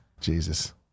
Jesus